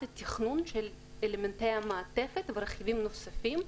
התכנון של אלמנטי המעטפת ורכיבים נוספים,